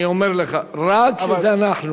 אני אומר לך, רק כשזה אנחנו.